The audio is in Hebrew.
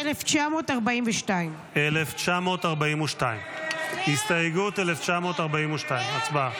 1942. 1942. הסתייגות 1942, הצבעה.